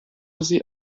sie